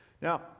Now